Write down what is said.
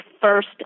first